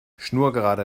schnurgerade